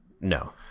No